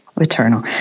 Eternal